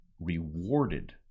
rewarded